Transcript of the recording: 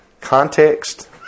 context